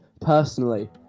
personally